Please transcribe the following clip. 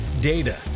data